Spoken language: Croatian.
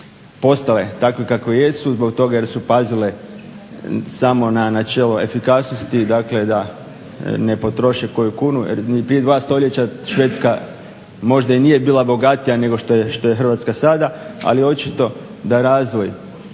postale takve kakve jesu zbog toga jer su pazile samo na načelo efikasnosti, dakle da ne potroše koju kunu. Jer prije 2. stoljeća Švedska možda i nije bila bogatija nego što je Hrvatska sada, ali očito da razvoj